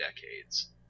decades